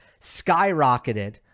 skyrocketed